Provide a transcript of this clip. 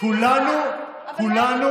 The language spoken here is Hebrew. כולנו,